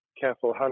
careful